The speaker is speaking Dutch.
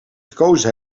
gekozen